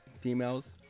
females